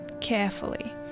carefully